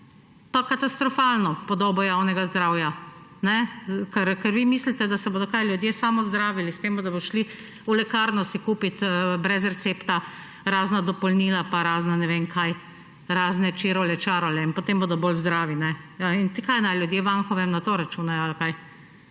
pa katastrofalno podobo javnega zdravja. Ker vi mislite, da se bodo ljudje sami zdravili s tem, da bodo šli v lekarno si kupit brez recepta razna dopolnila pa razna čirule čarule in potem bodo bolj zdravi. Kaj naj ljudje v Anhovem na to računajo